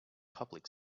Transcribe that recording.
public